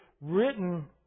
written